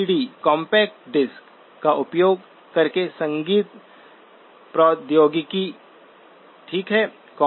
CD compact disc का उपयोग करके संगीत प्रौद्योगिकी ठीक है